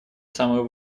самую